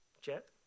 Jet